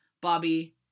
Bobby